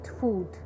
food